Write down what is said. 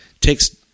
takes